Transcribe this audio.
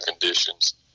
conditions